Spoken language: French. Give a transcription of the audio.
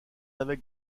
avec